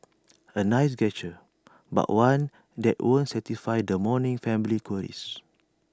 A nice gesture but one that won't satisfy the mourning family's queries